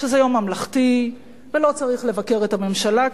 שזה יום ממלכתי ולא צריך לבקר את הממשלה כעת.